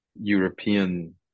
European